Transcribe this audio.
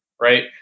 Right